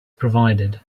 provided